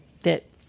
fit